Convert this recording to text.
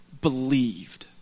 believed